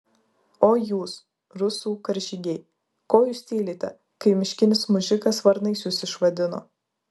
oi jūs rusų karžygiai ko jūs tylite kai miškinis mužikas varnais jus išvadino